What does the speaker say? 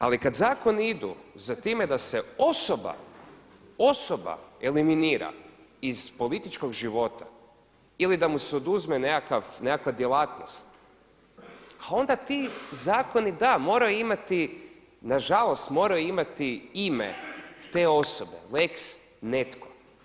Ali kad zakoni idu za time da se osoba, osoba eliminira iz političkog života ili da mu se oduzme nekakva djelatnost, ha onda ti zakoni da moraju imati, na žalost moraju imati ime te osobe lex netko.